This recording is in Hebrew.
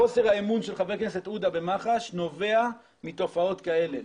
חוסר האמון של חבר הכנסת עודה במח"ש נובע מתופעות כאלה.